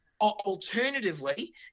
alternatively